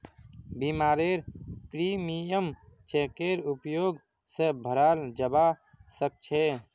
बीमारेर प्रीमियम चेकेर उपयोग स भराल जबा सक छे